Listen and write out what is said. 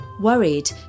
worried